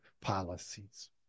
policies